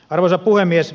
arvoisa puhemies